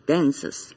dances